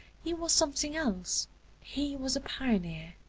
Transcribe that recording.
he was something else he was a pioneer.